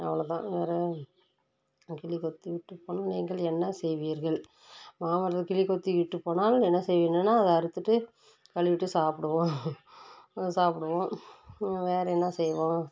அவ்வளோ தான் வேறு கிளி கொத்தி விட்டு போனால் நீங்கள் என்ன செய்வீர்கள் மாமரத்தை கிளி கொத்தி விட்டு போனால் என்ன செய்வீங்கனால் அதை அறுத்துவிட்டு கழுவிட்டு சாப்பிடுவோம் சாப்பிடுவோம் வேறு என்ன செய்வோம்